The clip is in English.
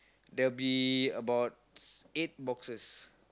there will be about eight boxes